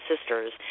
sisters